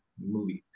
movies